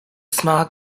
smog